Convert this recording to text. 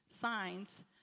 Signs